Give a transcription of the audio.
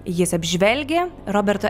jis apžvelgia roberto